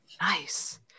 nice